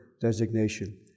designation